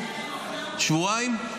שבועיים?